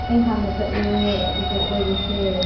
ꯑꯩ ꯍꯥꯟꯅ ꯆꯠꯂꯨꯔꯦ ꯑꯗꯨꯗ ꯀꯣꯏꯔꯨꯁꯦ